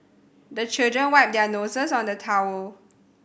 the children wipe their noses on the towel